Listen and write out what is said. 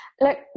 look